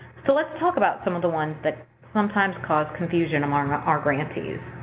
so let's talk about some of the ones that sometimes cause confusion among our grantees.